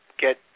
get